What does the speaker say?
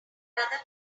magazine